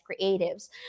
Creatives